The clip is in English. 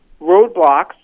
roadblocks